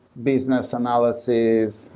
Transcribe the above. business analysis,